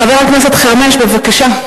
חבר הכנסת שי חרמש, בבקשה.